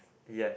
yes